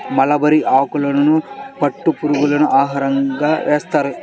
mulberry ఆకులను పట్టు పురుగులకు ఆహారంగా వేస్తారు